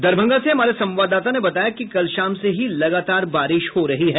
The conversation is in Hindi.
दरभंगा से हमारे संवाददाता ने बताया कि कल शाम से ही लगातार बारिश हो रही है